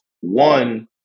One